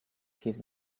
his